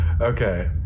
Okay